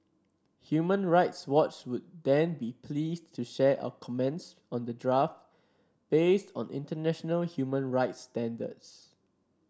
Human Rights Watch would then be pleased to share our comments on the draft based on international human rights standards